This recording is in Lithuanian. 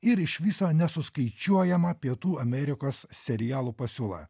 ir iš viso nesuskaičiuojama pietų amerikos serialų pasiūla